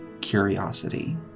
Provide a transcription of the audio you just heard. curiosity